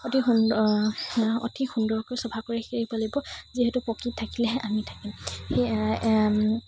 অতি সুন্দৰ অতি সুন্দৰকৈ চফা কৰি ৰাখিব লাগিব যিহেতু প্ৰকৃতি থাকিলেহে আমি থাকিম সেই